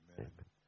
amen